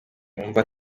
yumva